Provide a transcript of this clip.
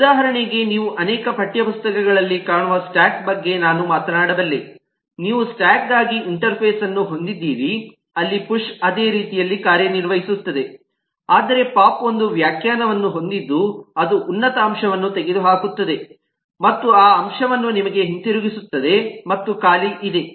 ಉದಾಹರಣೆಗೆ ನೀವು ಅನೇಕ ಪಠ್ಯ ಪುಸ್ತಕಗಳಲ್ಲಿ ಕಾಣುವ ಸ್ಟಾಕ್ ಬಗ್ಗೆ ನಾನು ಮಾತನಾಡಬಲ್ಲೆ ನೀವು ಸ್ಟ್ಯಾಕ್ ಗಾಗಿ ಇಂಟರ್ಫೇಸ್ ಅನ್ನು ಹೊಂದಿದ್ದೀರಿ ಅಲ್ಲಿ ಪುಶ್ ಅದೇ ರೀತಿಯಲ್ಲಿ ಕಾರ್ಯನಿರ್ವಹಿಸುತ್ತದೆ ಆದರೆ ಪೋಪ್ ಒಂದು ವ್ಯಾಖ್ಯಾನವನ್ನು ಹೊಂದಿದ್ದು ಅದು ಉನ್ನತ ಅಂಶವನ್ನು ತೆಗೆದುಹಾಕುತ್ತದೆ ಮತ್ತು ಆ ಅಂಶವನ್ನು ನಿಮಗೆ ಹಿಂದಿರುಗಿಸುತ್ತದೆ ಮತ್ತು ಖಾಲಿ ಇದೆ